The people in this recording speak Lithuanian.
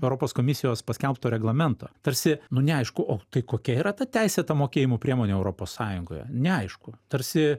europos komisijos paskelbto reglamento tarsi nu neaišku o tai kokia yra ta teisėta mokėjimo priemonė europos sąjungoje neaišku tarsi